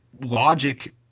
logic